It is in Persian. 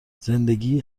زندگی